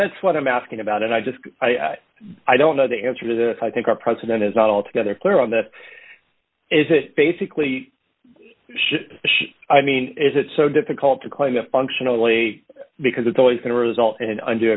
that's what i'm asking about and i just i don't know the answer to the i think our president is not altogether clear on that is that basically i mean is it so difficult to claim a function only because it's always going to result in an und